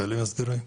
החיילים הסדירים.